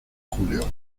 julio